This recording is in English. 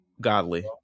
godly